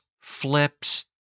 flips